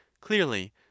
Clearly